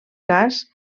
cas